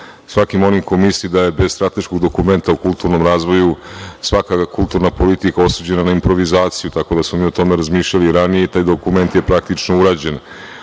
svakim onim ko misli da je bez strateškog dokumenta u kulturnom razvoju svaka kulturna politika osuđena na improvizaciju. Tako da smo mi o tome razmišljali ranije i taj dokument je praktično urađen,